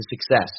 Success